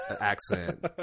accent